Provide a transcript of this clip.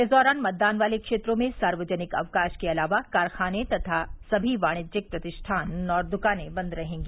इस दौरान मतदान वाले क्षेत्रों में सार्वजनिक अवकाश के अलावा कारखाने सभी वाणिज्यक प्रतिष्ठान और दुकानें बन्द रहेंगी